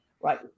right